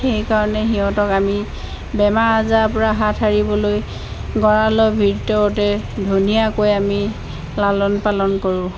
সেইকাৰণে সিহঁতক আমি বেমাৰ আজাৰৰ পৰা হাত সাৰিবলৈ গঁৰালৰ ভিতৰতে ধুনীয়াকৈ আমি লালন পালন কৰোঁ